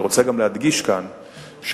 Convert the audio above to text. אני רוצה גם להדגיש כאן שכמובן,